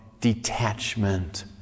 detachment